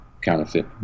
counterfeit